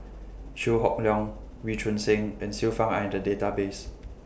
Chew Hock Leong Wee Choon Seng and Xiu Fang Are in The Database